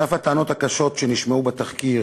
על אף הטענות הקשות שנשמעו בתחקיר,